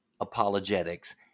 apologetics